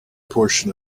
portion